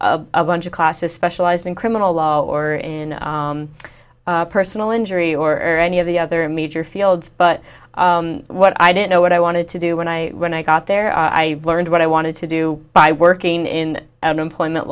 a bunch of classes specialized in criminal law or in personal injury or any of the other major fields but what i didn't know what i wanted to do when i when i got there i learned what i wanted to do by working in an employment